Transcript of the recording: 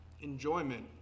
Enjoyment